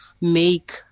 make